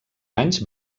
anys